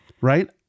right